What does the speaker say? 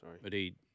sorry